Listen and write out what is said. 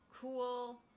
cool